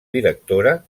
directora